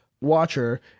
watcher